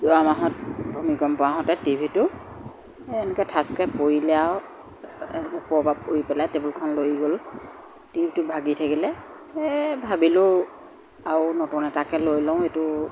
যোৱা মাহত ভূমিকম্প আহোঁতে টিভিটো এনেকৈ ঠাচকৈ পৰিলে আৰু ওপৰৰ পৰা পৰি পেলাই টেবুলখন ল'ৰি গ'ল টিভিটো ভাগি থাকিলে এ ভাবিলোঁ আৰু নতুন এটাকে লৈ লওঁ এইটো